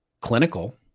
clinical